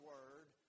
Word